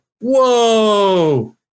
Whoa